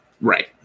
Right